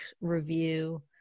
review